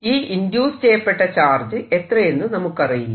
ഈ ഇൻഡ്യൂസ് ചെയ്യപ്പെട്ട ചാർജ് എത്രയെന്ന് നമുക്കറിയില്ല